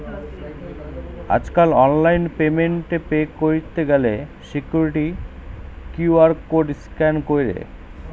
আজকাল online payment এ pay কইরতে গ্যালে সিকুইরিটি কিউ.আর কোড স্ক্যান কইরে